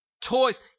toys